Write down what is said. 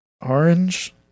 Orange